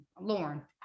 Lauren